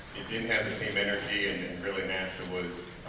it didn't have the same energy and really nasa was